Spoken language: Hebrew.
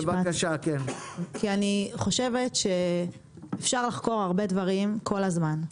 אני חושבת שאפשר לחקור הרבה דברים כל הזמן,